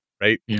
Right